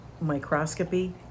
microscopy